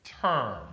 term